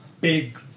big